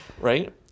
right